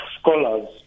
scholars